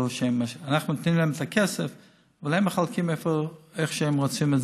אנחנו נותנים להם את הכסף אבל הם מחלקים אותו איך שהם רוצים,